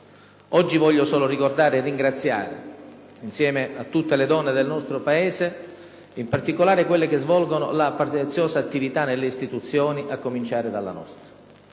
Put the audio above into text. Oggi voglio solo ricordare e ringraziare, insieme a tutte le donne del nostro Paese, in particolare quelle che svolgono la loro preziosa attività nelle istituzioni, a cominciare dalla nostra.